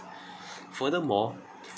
furthermore